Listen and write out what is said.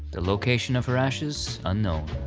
the location of her ashes unknown.